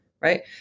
Right